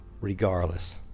regardless